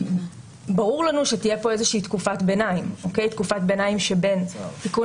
ברור לנו שתהיה פה איזה שהיא תקופת ביניים שבין תיקון